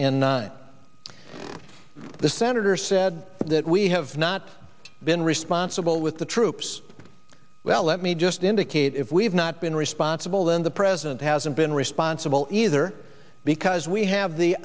nine the senator said that we have not been responsible with the troops well let me just indicate if we have not been responsible then the present hasn't been responsible either because we have the